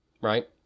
right